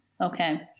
okay